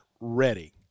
ready